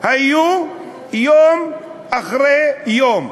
היו יום אחרי יום.